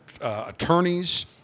attorneys